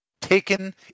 taken